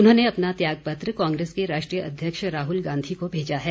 उन्होंने अपना त्याग पत्र कांग्रेस के राष्ट्रीय अध्यक्ष राहुल गांधी को भेजा है